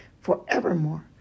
forevermore